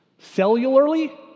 Cellularly